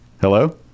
hello